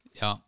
ja